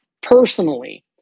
personally